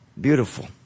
Beautiful